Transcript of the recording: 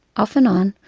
off and on,